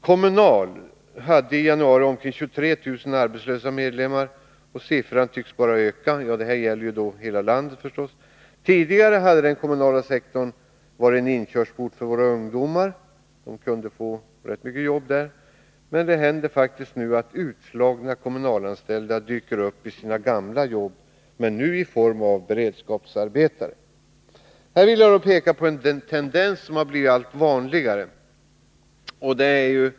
Kommunalarbetareförbundet hade i januari omkring 23 000 arbetslösa medlemmar, och siffran tycks bara öka. Den gäller naturligtvis hela landet. Tidigare var den kommunala sektorn en inkörsport för våra ungdomar; de kunde få rätt mycket jobb där. Men det händer faktiskt nu att utslagna kommunalanställda dyker upp i sina gamla jobb, nu i form av beredskapsarbetare. Här vill jag peka på en tendens som blivit allt vanligare.